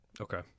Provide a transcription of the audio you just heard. Okay